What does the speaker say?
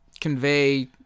convey